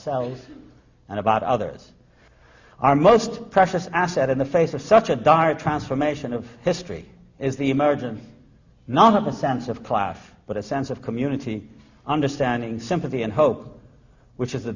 ves and about others our most precious asset in the face of such a dire transformation of history is the emergence not of the sense of class but a sense of community understanding sympathy and hope which is